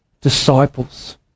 disciples